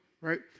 Right